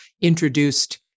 introduced